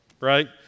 right